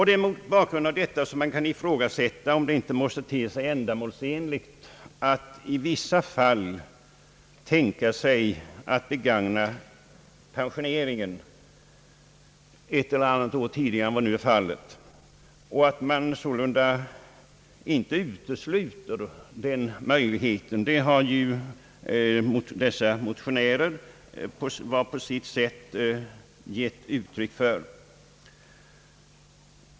Det är mot bakgrund av detta som man kan ifrågasätta om det inte måste te sig ändamålsenligt att i vissa fall tänka sig att tillgripa pensionering ett eller annat år tidigare än vad som nu är fallet och att man sålunda inte utesluter den möjligheten. Detta har ju motionärerna, var och en på sitt sätt, gett uttryck för.